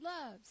loves